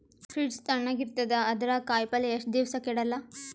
Fridge ತಣಗ ಇರತದ, ಅದರಾಗ ಕಾಯಿಪಲ್ಯ ಎಷ್ಟ ದಿವ್ಸ ಕೆಡಲ್ಲ?